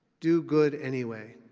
do good anyway.